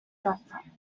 doctor